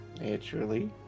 Naturally